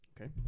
Okay